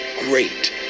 great